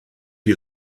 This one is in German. die